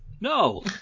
No